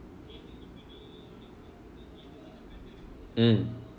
mm